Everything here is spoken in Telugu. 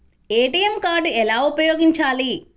ఏ.టీ.ఎం కార్డు ఎలా ఉపయోగించాలి?